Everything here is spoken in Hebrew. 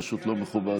פשוט לא מכובד.